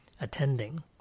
attending